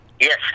Yes